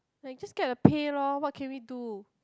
like just get a pay lor what can we do